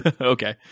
Okay